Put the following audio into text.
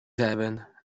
heaven